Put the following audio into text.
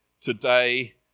today